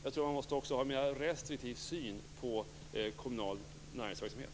Jag tror att man också måste ha en mer restriktiv syn på kommunal näringsverksamhet.